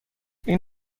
این